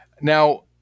Now